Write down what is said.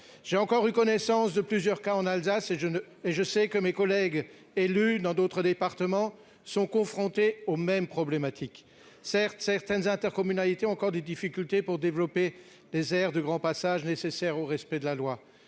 j'ai encore eu connaissance de plusieurs cas en Alsace et je ne et je sais que mes collègues élus dans d'autres départements sont confrontés aux mêmes problématiques certes certaines intercommunalités encore des difficultés pour développer des aires de grand passage nécessaire au respect de la loi,